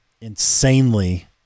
insanely